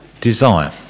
desire